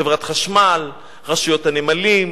חברת חשמל, רשות הנמלים,